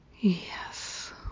Yes